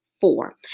four